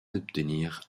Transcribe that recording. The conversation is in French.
obtenir